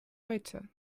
heute